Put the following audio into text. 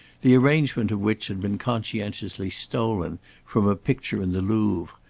the arrangement of which had been conscientiously stolen from a picture in the louvre,